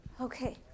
Okay